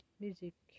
music